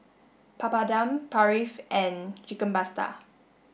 Papadum Barfi and Chicken Pasta